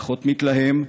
פחות מתלהם,